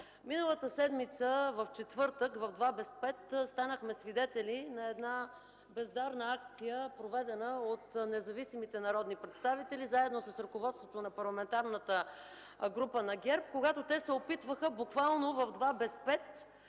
Миналата седмица, в четвъртък, в два без пет, станахме свидетели на една бездарна акция, проведена от независимите народни представители заедно с ръководството на Парламентарната група на ГЕРБ. Те се опитваха буквално в два без